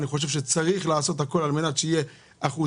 אני חושב שצריך לעשות הכל על מנת שיהיו אחוזים